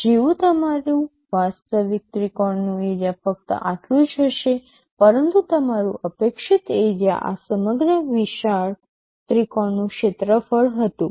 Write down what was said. જેવું તમારું વાસ્તવિક ત્રિકોણનું એરિયા ફક્ત આટલું જ હશે પરંતુ તમારું અપેક્ષિત એરિયા આ સમગ્ર વિશાળ ત્રિકોણનું ક્ષેત્રફળ હતું